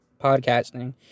podcasting